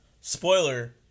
spoiler